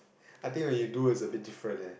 I think you do is a big different leh